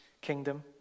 kingdom